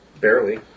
Barely